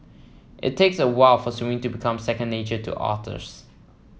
it takes a while for swimming to become second nature to otters